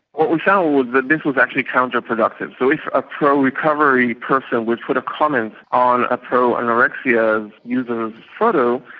what we found was that this was actually counter-productive. so if a pro-recovery person would put a comment on a pro-anorexia user's photo,